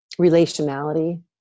relationality